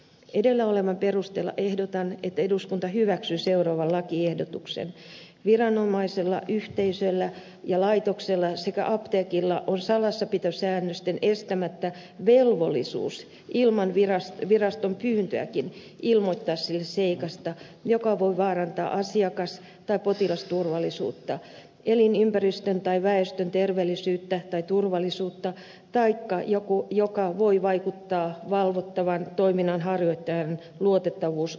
edellä olevan perusteella ehdotan että eduskunta hyväksyy lakiehdotuksen jonka mukaan viranomaisella yhteisöllä ja laitoksella sekä apteekilla on salassapitosäännösten estämättä velvollisuus ilman viraston pyyntöäkin ilmoittaa sille seikasta joka voi vaarantaa asiakas tai potilasturvallisuutta elinympäristön tai väestön terveellisyyttä tai turvallisuutta taikka joka voi vaikuttaa valvottavan toiminnanharjoittajan luotettavuusarviointiin